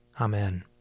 Amen